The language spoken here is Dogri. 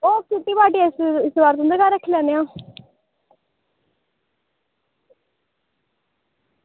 ओह् फिर इस बार किट्टी पार्टी तुंदे घर रक्खी लैन्ने आं